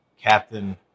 Captain